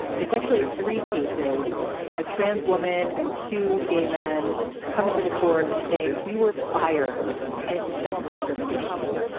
it's actually three cases a trans woman and two gay men coming to the court and saying we were fired and it's sex discrimination.